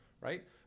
right